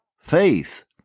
faith